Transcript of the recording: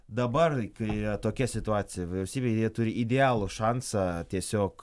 dabar kai yra tokia situacija vyriausybėj jie turi idealų šansą tiesiog